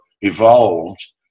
evolved